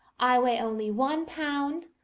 i weigh only one pound,